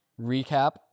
recap